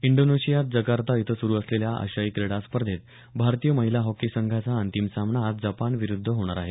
इंडोनेशियात जकार्ता इथं सुरु असलेल्या आशियाई क्रीडा स्पर्धेत भारतीय महिला हॉकी संघाचा अंतिम सामना आज जपान विरूध्द होणार आहे